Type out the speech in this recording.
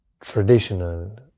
traditional